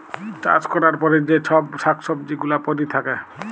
চাষ ক্যরার পরে যে চ্ছব শাক সবজি গুলা পরে থাক্যে